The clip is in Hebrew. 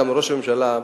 גם לראש הממשלה,